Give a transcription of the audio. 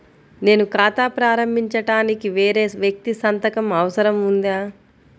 నేను ఖాతా ప్రారంభించటానికి వేరే వ్యక్తి సంతకం అవసరం ఉందా?